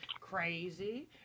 crazy